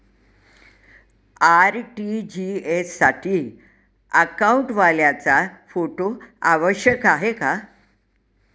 RTGS साठी अकाउंटवाल्याचा photo आवश्यक आहे का?